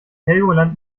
helgoland